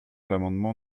l’amendement